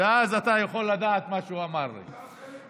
ואז אתה יכול לדעת מה שהוא אמר הרגע.